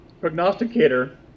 prognosticator